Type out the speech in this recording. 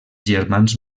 germans